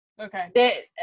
okay